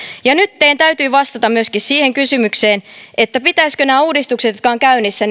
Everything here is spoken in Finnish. ja nyt teidän täytyy vastata myöskin siihen kysymykseen pitäisikö nämä uudistukset jotka ovat käynnissä